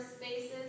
spaces